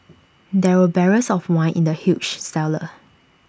there were barrels of wine in the huge cellar